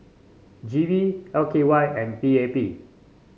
G V L K Y and P A P